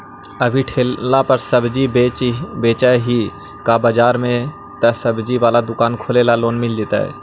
अभी ठेला पर सब्जी बेच ही का बाजार में ज्सबजी बाला दुकान खोले ल लोन मिल जईतै?